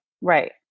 Right